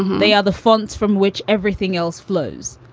they are the fonts from which everything else flows.